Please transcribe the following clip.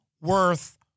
worth